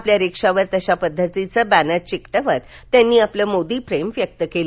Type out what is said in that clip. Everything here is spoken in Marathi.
आपल्या रिक्षावर तश्या पद्धतीचे बँनर चिटकवत त्यांनी आपले मोदी प्रेम व्यक्त केले